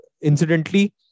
incidentally